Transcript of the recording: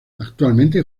actualmente